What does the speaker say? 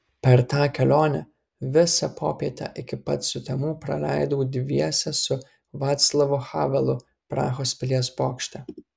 per tą kelionę visą popietę iki pat sutemų praleidau dviese su vaclavu havelu prahos pilies bokšte